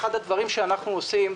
אחד הדברים שאנחנו עושים,